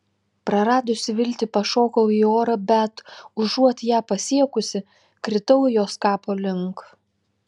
praradusi viltį pašokau į orą bet užuot ją pasiekusi kritau jos kapo link